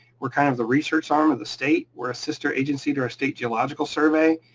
we're kind of the research arm of the state. we're a sister agency to our state geological survey.